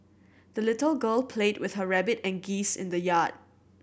the little girl played with her rabbit and geese in the yard